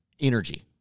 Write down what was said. energy